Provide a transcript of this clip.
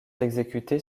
exécutés